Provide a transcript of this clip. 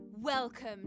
Welcome